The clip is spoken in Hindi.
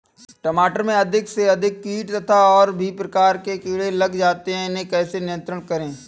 टमाटर में अधिक से अधिक कीट तथा और भी प्रकार के कीड़े लग जाते हैं इन्हें कैसे नियंत्रण करें?